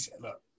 Look